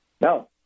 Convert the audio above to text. No